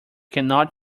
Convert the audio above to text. cannot